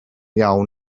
iawn